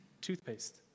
Toothpaste